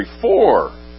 four